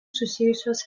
susijusios